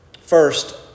first